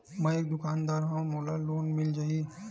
मै एक दुकानदार हवय मोला लोन मिल जाही?